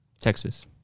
Texas